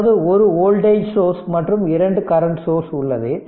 அதாவது ஒரு voltage source மற்றும் 2 கரெண்ட் சோர்ஸ் உள்ளது